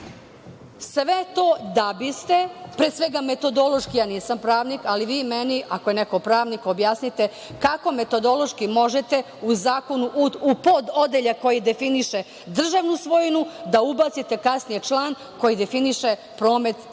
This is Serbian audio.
Sve to da biste, pre svega metodološki, ja nisam pravnik, ali vi meni, ako je neko pravnik, objasnite kako metodološki možete u Zakonu u pododeljak koji definiše državnu svojinu da ubacite kasnije član koji definiše promet zemljišta